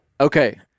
Okay